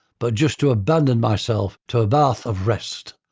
but just to abandon myself to a bath of rest.